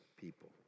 people